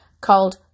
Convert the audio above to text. called